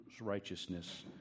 righteousness